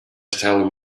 telling